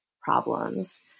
problems